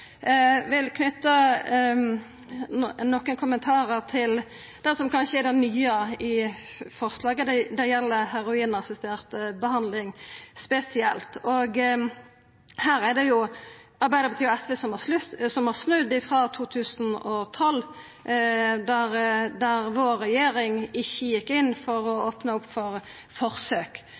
kommentarar til det som kanskje er det nye i forslaget, og det gjeld heroinassistert behandling spesielt. Her har Arbeidarpartiet og SV snudd sidan 2012, då vår regjering ikkje gjekk inn for å opna opp for forsøk.